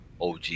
OG